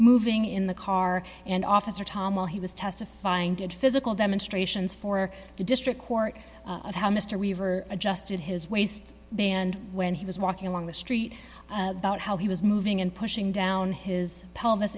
moving in the car and officer thomas he was testifying did physical demonstrations for the district court of how mr weaver adjusted her his waist band when he was walking along the street about how he was moving and pushing down his pelvis